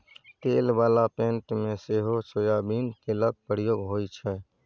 तेल बला पेंट मे सेहो सोयाबीन तेलक प्रयोग होइ छै